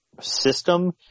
system